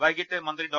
വൈകിട്ട് മന്ത്രി ഡോ